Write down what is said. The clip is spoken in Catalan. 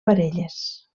parelles